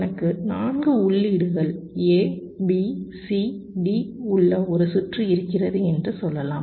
எனக்கு 4 உள்ளீடுகள் A B C D உள்ள ஒரு சுற்று இருக்கிறது என்று சொல்லலாம்